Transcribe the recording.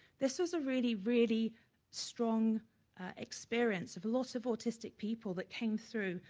this was a really, really strong experience of lots of autistic people that came through,